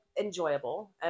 enjoyable